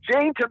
Jane